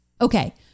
Okay